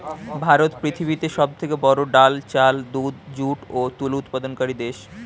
ভারত পৃথিবীতে সবচেয়ে বড়ো ডাল, চাল, দুধ, যুট ও তুলো উৎপাদনকারী দেশ